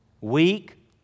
Weak